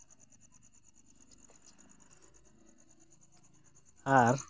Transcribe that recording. ᱟᱨ